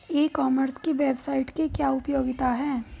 ई commerce की website की क्या उपयोगिता है?